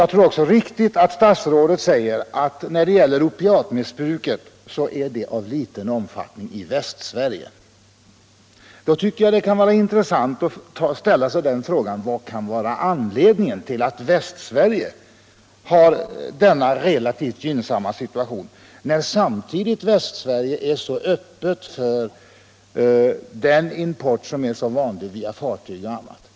Jag tror också att det är riktigt som statsrådet säger att opiatmissbruk fortfarande tycks vara av ringa omfattning i Västsverige. Då kan det vara intressant att ställa frågan, vad anledningen kan vara till att Västsverige har denna relativt gynnsamma situation, när Västsverige samtidigt är så öppet för den import som är så vanlig via fartyg.